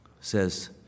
says